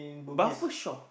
buffer shop